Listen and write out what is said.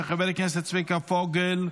של חבר הכנסת צביקה פוגל,